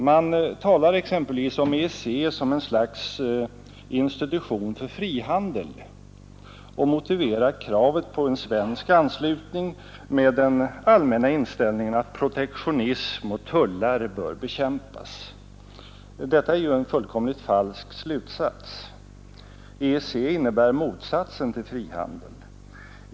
Man talar exempelvis om EEC som ett slags institution för frihandel och motiverar kravet på en svensk anslutning med den allmänna inställningen att protektionism och tullar bör bekämpas. Detta är en fullkomligt falsk slutsats. EEC innebär motsatsen till frihandel.